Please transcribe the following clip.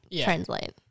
translate